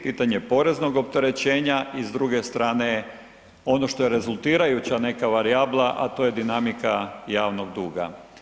Pitanje poreznog opterećenja i s druge strane, ono što je rezultirajuća neka varijabla, a to je dinamika javnog duga.